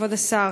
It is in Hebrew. כבוד השר,